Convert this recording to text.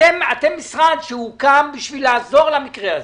אתם משרד שהוקם כדי לעזור למקרה הזה.